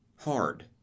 Hard